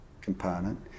component